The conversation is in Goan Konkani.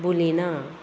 बुलीना